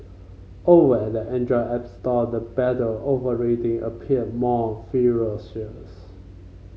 over at the Android app store the battle over rating appear more ferocious